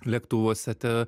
lėktuvuose te